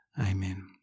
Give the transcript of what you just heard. amen